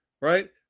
Right